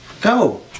Go